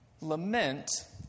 Lament